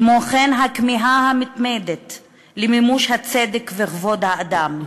כמו כן, הכמיהה המתמדת למימוש הצדק וכבוד האדם,